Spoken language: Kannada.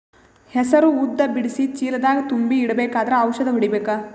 ಹೆಸರು ಉದ್ದ ಬಿಡಿಸಿ ಚೀಲ ದಾಗ್ ತುಂಬಿ ಇಡ್ಬೇಕಾದ್ರ ಔಷದ ಹೊಡಿಬೇಕ?